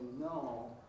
no